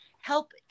help